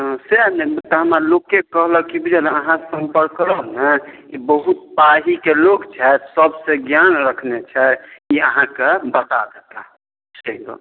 हँ सएह ने तऽ हमरा लोके कहलक कि बुझलहुॅं ने अहाँ से सम्पर्क करब ने ई बहुत बारीक लोक छथि सबके ज्ञान रखने छथि ई अहाँके बता देताह से गप्प